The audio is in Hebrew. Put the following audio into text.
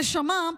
נשמה,